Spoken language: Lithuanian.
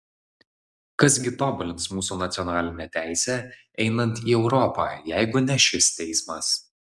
kas gi tobulins mūsų nacionalinę teisę einant į europą jeigu ne šis teismas